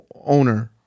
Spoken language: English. owner